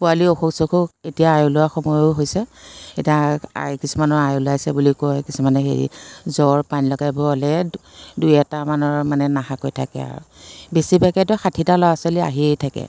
পোৱালি অসুখ চসুখ এতিয়া আই ওলোৱাৰ সময়ো হৈছে এতিয়া আই আই কিছুমানৰ আই ওলাইছে বুলি কয় কিছুমানে হেৰি জ্বৰ পানীলগা এইবোৰ হ'লে দুই এটামানৰ মানে নাহাকৈ থাকে আৰু বেছি ভাগেতো ষাঠিটা ল'ৰা ছোৱালী আহিয়ে থাকে